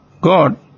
God